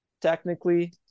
technically